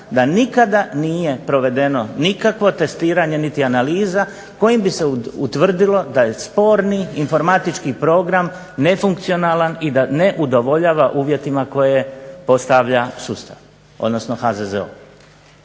da nikada nije provedeno nikakvo testiranje niti analiza kojim bi se utvrdilo da je sporni informatički program nefunkcionalan i da ne udovoljava uvjetima koje postavlja sustav, odnosno HZZO.